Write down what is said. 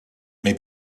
may